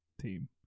team